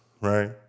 right